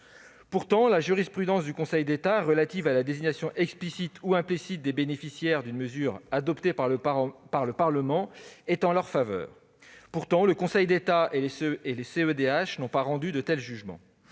extension, la jurisprudence du Conseil d'État relative à la désignation explicite ou implicite des bénéficiaires d'une mesure adoptée par le Parlement est en leur faveur et ni le Conseil d'État ni la CEDH n'a rendu de tels jugements.